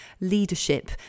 leadership